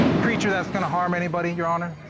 creature that's gonna harm anybody, your honor?